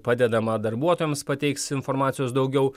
padedama darbuotojams pateiks informacijos daugiau